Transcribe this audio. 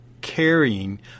carrying